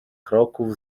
kroków